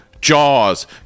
Jaws